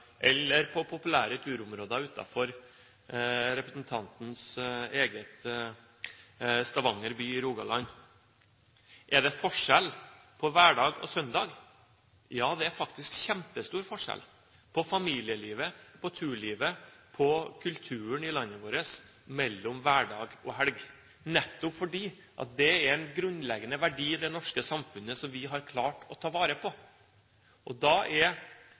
eller en tur i populære turområder utenfor representantens egen by, i Stavanger, Rogaland. Er det forskjell på hverdag og søndag? Ja, det er faktisk kjempestor forskjell – på familielivet, på turlivet, på kulturen i landet vårt – mellom hverdag og helg, nettopp fordi det er en grunnleggende verdi i det norske samfunnet som vi har klart å ta vare på. Da er